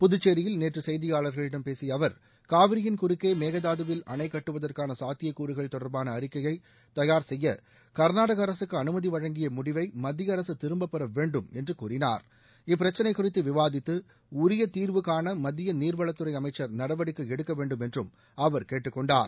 புதுச்சேரியில் நேற்று செய்தியாளர்களிடம் பேசிய அவர் காவிரியின் குறுக்கே மேகதாதுவில் அணை கட்டுவதற்கான சாத்தியக்கூறுகள் தொடர்பான அறிக்கையை தயார் செய்ய கர்நாடக அரசுக்கு அனுமதி வழங்கிய முடிவை மத்திய அரசு திரும்பப் பெற வேண்டும் என்று கூறினார் இப்பிரச்சினை குறித்து விவாதித்து உரிய தீர்வு காண மத்திய நீர்வளத்துறை அமைச்சர் நடவடிக்கை எடுக்க வேண்டும் என்றும் அவர் கேட்டுக் கொண்டார்